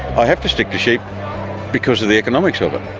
i have to stick to sheep because of the economics of it.